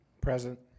Present